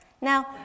Now